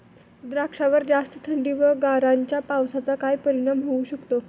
द्राक्षावर जास्त थंडी व गारांच्या पावसाचा काय परिणाम होऊ शकतो?